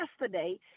yesterday